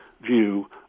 view